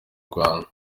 rwanda